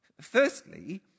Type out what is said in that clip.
Firstly